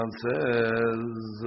says